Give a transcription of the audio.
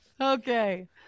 Okay